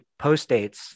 postdates